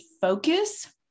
focus